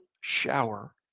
shower